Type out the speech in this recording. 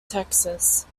texas